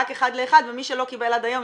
רק אחד לאחד ומי שלא קיבל עד היום,